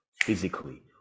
physically